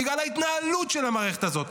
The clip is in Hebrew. בגלל ההתנהלות של המערכת הזאת.